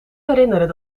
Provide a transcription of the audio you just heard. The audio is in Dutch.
herinneren